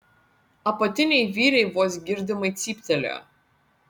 apatiniai vyriai vos girdimai cyptelėjo